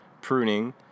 pruning